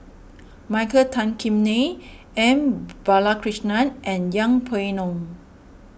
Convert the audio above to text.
Michael Tan Kim Nei M Balakrishnan and Yeng Pway Ngon